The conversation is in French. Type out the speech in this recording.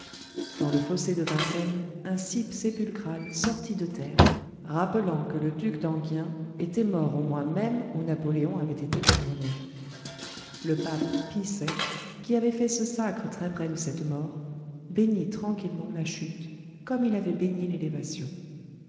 dans le fossé de vincennes un cippe sépulcral sortit de terre rappelant que le duc d'enghien était mort dans le mois même où napoléon avait été couronné le pape pie vii qui avait fait ce sacre très près de cette mort bénit tranquillement la chute comme il avait béni l'élévation